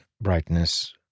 Brightness